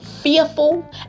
fearful